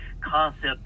concept